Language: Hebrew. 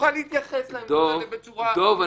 שנוכל להתייחס לעמדות האלה בצורה עניינית ונקודתית -- דב,